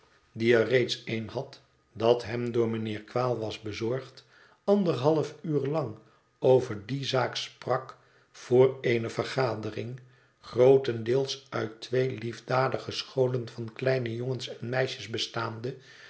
die er reeds een had dat hem door mijnheer quale was bezorgd anderhalf uur lang over die zaak sprak voor eene vergadering grootendeels uit twee liefdadige scholen van kleine jongens en meisjes bestaande